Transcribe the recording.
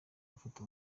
afata